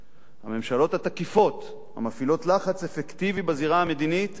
הממשלות התקיפות המפעילות לחץ אפקטיבי בזירה המדינית הן